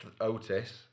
Otis